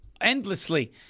endlessly